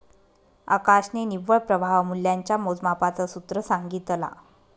आकाशने निव्वळ प्रवाह मूल्याच्या मोजमापाच सूत्र सांगितला